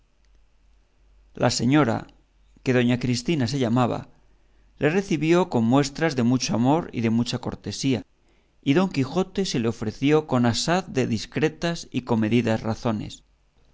la señora que doña cristina se llamaba le recibió con muestras de mucho amor y de mucha cortesía y don quijote se le ofreció con asaz de discretas y comedidas razones